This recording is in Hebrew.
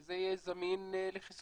מתי זה יהיה זמין לחיסונים?